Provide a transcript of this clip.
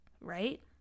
right